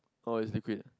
oh it's liquid